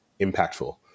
impactful